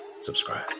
subscribe